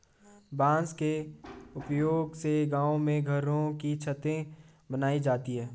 बांस के उपयोग से गांव में घरों की छतें बनाई जाती है